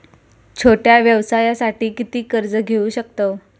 छोट्या व्यवसायासाठी किती कर्ज घेऊ शकतव?